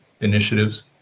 initiatives